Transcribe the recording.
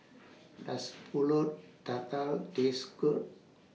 Does Pulut Tatal Taste Good